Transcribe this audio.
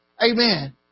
Amen